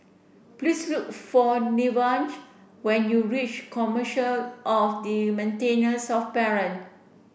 please look for Nevaeh when you reach Commissioner for the Maintenance of Parent